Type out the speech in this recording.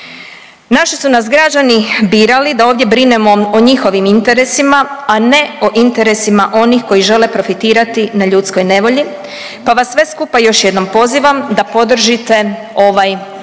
Naši su nas građani birali da ovdje brinemo o njihovim interesima, a ne o interesima onih koji žele profitirati na ljudskoj nevolji pa vas sve skupa još jednom pozivam da podržite ovaj Zakon